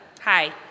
Hi